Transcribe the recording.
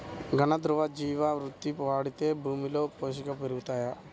ఘన, ద్రవ జీవా మృతి వాడితే భూమిలో పోషకాలు పెరుగుతాయా?